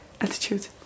attitude